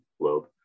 globe